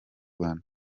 urwanda